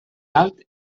alt